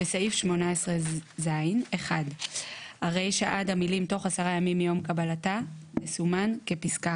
בסעיף 18(ז) הרישא עד המילים "תוך עשרה ימים מיום קבלתה" תסומן כפסקה